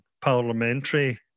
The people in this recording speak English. parliamentary